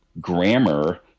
grammar